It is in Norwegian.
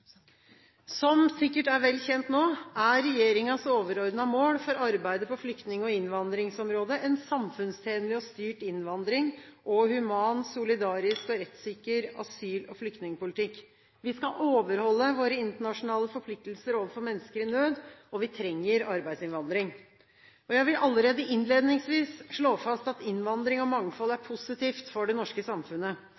Som sikkert er vel kjent nå, er regjeringens overordnete mål for arbeidet på flyktning- og innvandringsområdet en samfunnstjenlig og styrt innvandring og en human, solidarisk og rettssikker asyl- og flyktningpolitikk. Vi skal overholde våre internasjonale forpliktelser overfor mennesker i nød, og vi trenger arbeidsinnvandring. Jeg vil allerede innledningsvis slå fast at innvandring og mangfold er